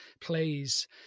plays